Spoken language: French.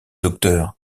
docteur